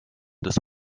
des